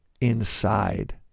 inside